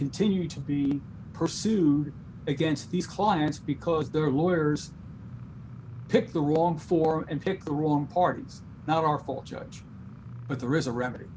continued to be pursued against these clients because their lawyers picked the wrong form and picked the wrong party it's not our fault judge but there is a remedy